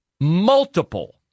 multiple